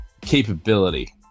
capability